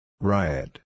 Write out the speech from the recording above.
Riot